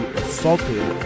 assaulted